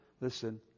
listen